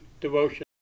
devotion